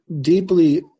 deeply